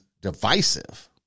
divisive